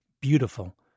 beautiful